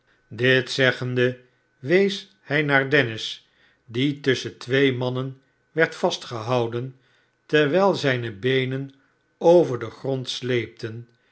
dit zeggende wees hij naar dennis die tusschen twee manner werd vastgehouden terwijl zijne beenen over den grond sleepten